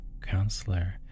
counselor